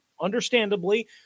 understandably